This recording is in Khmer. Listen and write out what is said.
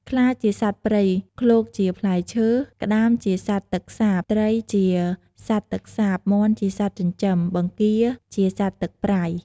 ខ្លាជាសត្វព្រៃ ឃ្លោកជាផ្លែឈើ ក្តាមជាសត្វទឹកសាប ត្រីជាសត្វទឹកសាប មាន់ជាសត្វចិញ្ចឹម បង្គារជាសត្វទឹកប្រៃ។